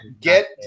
get